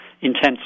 intense